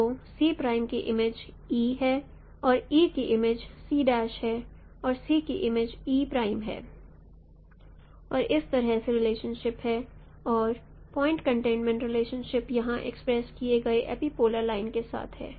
तो की image e है e की इमेज है और C की इमेज है और इस तरह से रिलेशनशिप है और पॉइंट् कंटेंटमैंट रिलेशनशिप यहां एक्सप्रेस किए गए एपिपोलर लाइन के साथ है